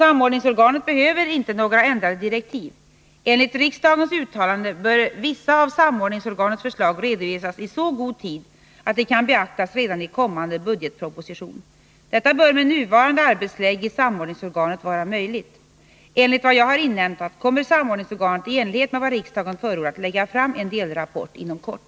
Samordningsorganet behöver emellertid inte några ändrade direktiv. Enligt riksdagens uttalande bör vissa av samordningsorganets förslag redovisas i så god tid att de kan beaktas redan i kommande budgetproposition. Detta bör med nuvarande arbetsläge i samordningsorganet vara möjligt. Enligt vad jag har inhämtat kommer samordningsorganet i enlighet med vad riksdagen förordat att lägga fram en delrapport inom kort.